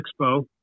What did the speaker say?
Expo